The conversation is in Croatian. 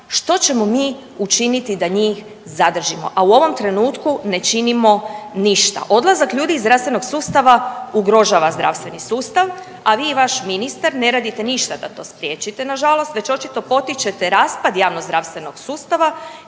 Što ćemo mi učiniti da njih zadržimo, a u ovom trenutku ne činimo ništa. Odlazak ljudi iz zdravstvenog sustava ugrožava zdravstveni sustav, a vi i vaš ministar ne radite ništa da to spriječite nažalost već očito potičete raspad javnozdravstvenog sustava